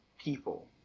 people